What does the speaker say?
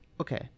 okay